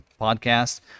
podcast